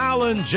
Alan